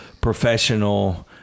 professional